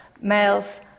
males